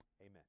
Amen